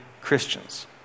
Christians